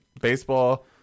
Baseball